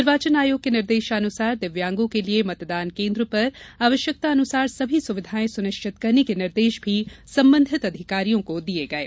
निर्वाचन आयोग के निर्देशानुसार दिव्यांगों के लिये मतदान केन्द्र पर आवश्यकतान्सार सभी सुविघायें सुनिश्चित करने के निर्देश भी संबंधित अधिकारियों को दिये गये